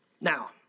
Now